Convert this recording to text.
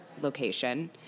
location